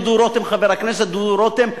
חבר הכנסת דודו רותם,